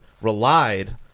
relied